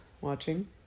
watching